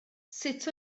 sut